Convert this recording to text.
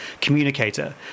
communicator